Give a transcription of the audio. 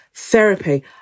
Therapy